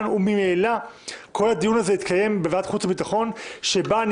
וממילא כל הדיון הזה יתקיים בוועדת חוץ וביטחון שבה,